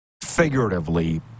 figuratively